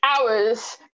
hours